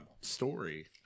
story